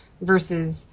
versus